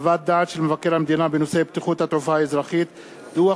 מאת חבר הכנסת דוד